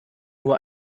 nur